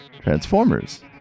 Transformers